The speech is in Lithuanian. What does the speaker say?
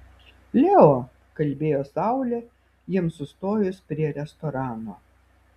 leo kalbėjo saulė jiems sustojus prie restorano